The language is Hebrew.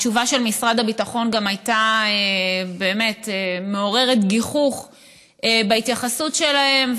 התשובה של משרד הביטחון הייתה באמת מעוררת גיחוך בהתייחסות שלהם.